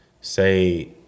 say